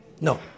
no